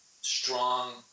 strong